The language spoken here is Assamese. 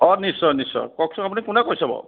অঁ নিশ্চয় নিশ্চয় কওকচোন আপুনি কোনে কৈছে বাৰু